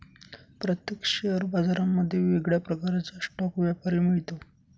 प्रत्येक शेअर बाजारांमध्ये वेगळ्या प्रकारचा स्टॉक व्यापारी मिळतो